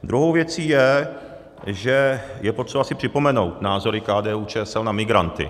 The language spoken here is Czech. Druhou věcí je, že je potřeba si připomenout názory KDUČSL na migranty.